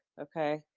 okay